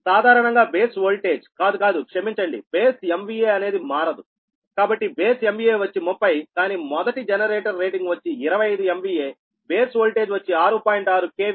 సాధారణంగా base voltage కాదు కాదు క్షమించండి బేస్ MVA అనేది మారదుకాబట్టి బేస్ MVA వచ్చి 30కానీ మొదటి జనరేటర్ రేటింగ్ వచ్చి 25 MVAబేస్ వోల్టేజ్ వచ్చి 6